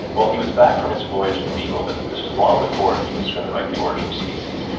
well, he was back from his voyage with the beagle, but this was long before he was going to write the origin of species,